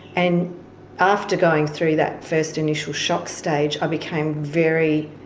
and after going through that first initial shock stage, i became very,